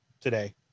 today